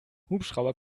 hubschrauber